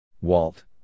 Walt